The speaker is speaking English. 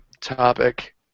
topic